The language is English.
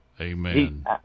Amen